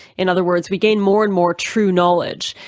in other words, we gain more and more true knowledge,